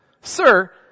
sir